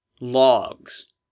logs